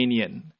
Romanian